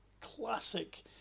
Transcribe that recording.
classic